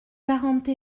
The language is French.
quarante